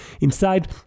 inside